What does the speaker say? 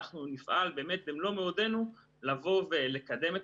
אנחנו נפעל באמת במלוא מאודנו לבוא ולקדם את